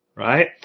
Right